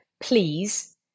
Please